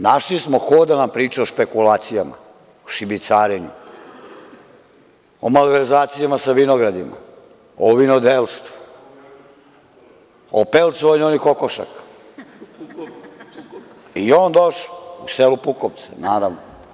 Našli smo ko da nam priča o špekulacijama, šibicarenju, o malverzacijama sa vinogradima, o vinodelstvu, o pelcovanju kokošaka, u selu Pukovce, naravno.